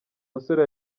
musore